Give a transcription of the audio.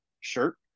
shirt